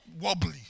wobbly